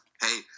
hey